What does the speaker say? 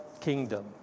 kingdom